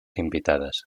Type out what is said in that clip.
invitadas